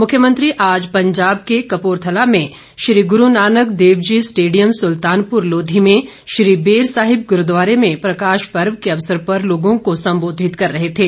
मुख्यमंत्री आज पंजाब के कपुरथला में श्री गुरू नानक देव जी स्टेडियम सुल्तानपुर लोधी में श्री बेर साहिब गुरूद्वारे में प्रकाश पर्व के अवसर पर लोगों को संबोधित कर रहे थे